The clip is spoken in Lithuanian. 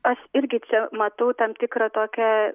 aš irgi čia matau tam tikrą tokią